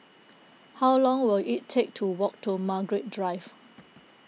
how long will it take to walk to Margaret Drive